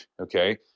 okay